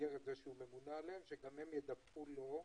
במסגרת זה שהוא ממונה עליהם, שגם הם ידווחו לו?